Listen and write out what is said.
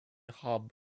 hub